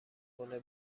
کنه